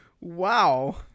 Wow